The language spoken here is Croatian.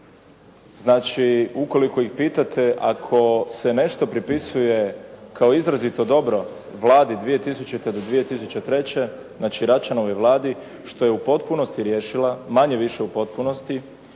znači ukoliko ih pitate ako se nešto pripisuje kao izrazito dobro Vladi 2000.-2003. znači Račanovoj vladi što je u potpunosti riješila, manje-više u potpunosti